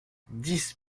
dix